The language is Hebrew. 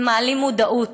מעלים מודעות,